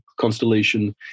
constellation